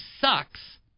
sucks